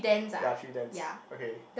ya three tents okay